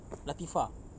latifah